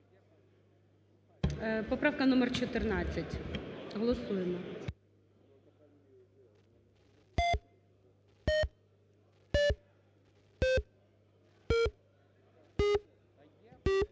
Поправка номер 14, голосуємо.